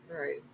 Right